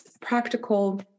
practical